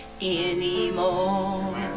anymore